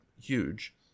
huge